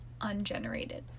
ungenerated